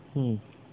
hmm